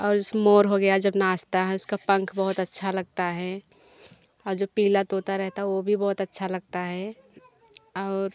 और जैसे मोर हो गया जब नाचता है उसका पंख बहुत अच्छा लगता है और जो पीला तोता रहता है वो भी बहुत अच्छा लगता है और